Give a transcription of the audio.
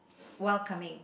welcoming